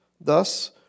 Thus